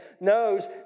knows